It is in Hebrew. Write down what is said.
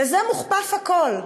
לזה מוכפף הכול,